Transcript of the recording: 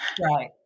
Right